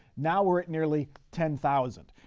now we're at nearly ten thousand.